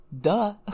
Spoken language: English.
Duh